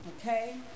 okay